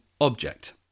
object